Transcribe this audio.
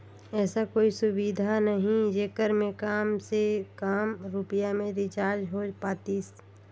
ऐसा कोई सुविधा नहीं जेकर मे काम से काम रुपिया मे रिचार्ज हो पातीस?